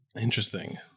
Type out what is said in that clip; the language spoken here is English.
Interesting